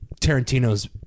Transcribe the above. Tarantino's